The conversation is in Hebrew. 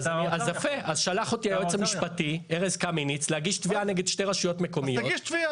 שלח אותי היועץ המשפטי ארז קמיניץ להגיש תביעה נגד שתי רשויות מקומיות.